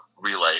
relay